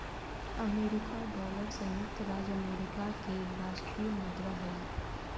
America dollar संयुक्त राज्य America के राष्ट्रीय मुद्रा हइ